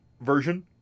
version